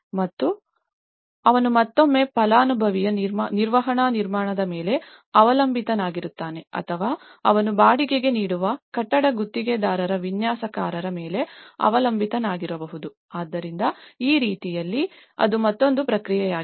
ಮತ್ತು ಅವನು ಮತ್ತೊಮ್ಮೆ ಫಲಾನುಭವಿಯ ನಿರ್ವಹಣಾ ನಿರ್ಮಾಣದ ಮೇಲೆ ಅವಲಂಬಿತನಾಗಿರುತ್ತಾನೆ ಅಥವಾ ಅವನು ಬಾಡಿಗೆಗೆ ನೀಡುವ ಕಟ್ಟಡ ಗುತ್ತಿಗೆದಾರರ ವಿನ್ಯಾಸಕಾರರ ಮೇಲೆ ಅವಲಂಬಿತನಾಗಿರಬಹುದು ಆದ್ದರಿಂದ ಆ ರೀತಿಯಲ್ಲಿ ಅದು ಮತ್ತೊಂದು ಪ್ರಕ್ರಿಯೆಯಾಗಿದೆ